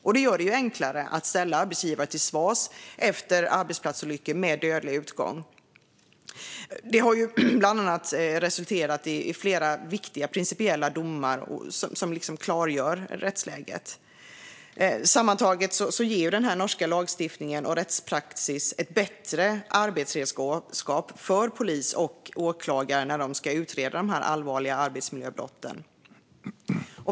Detta gör det enklare att ställa arbetsgivare till svars efter arbetsplatsolyckor med dödlig utgång. Det har bland annat resulterat i flera viktiga principiella domar som klargör rättsläget. Sammantaget ger norsk lagstiftning och rättspraxis ett bättre arbetsredskap för polis och åklagare när de ska utreda allvarliga arbetsmiljöbrott.